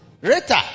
Rita